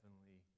heavenly